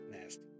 nasty